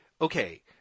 Okay